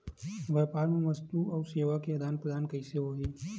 व्यापार मा वस्तुओ अउ सेवा के आदान प्रदान कइसे होही?